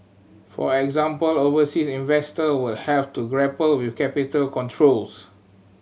for example overseas investor would have to grapple with capital controls